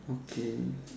okay